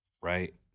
right